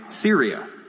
Syria